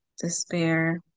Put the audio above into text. despair